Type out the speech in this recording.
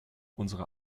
unsere